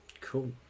Cool